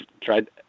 tried